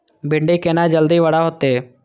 भिंडी केना जल्दी बड़ा होते?